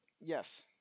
yes